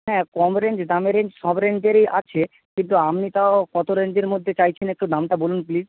হ্যাঁ কম রেঞ্জ দামি রেঞ্জ সব রেঞ্জেরই আছে কিন্তু আপনি তাও কতো রেঞ্জের মধ্যে চাইছেন একটু দামটা বলুন প্লিজ